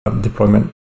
deployment